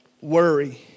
worry